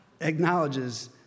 acknowledges